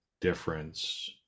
difference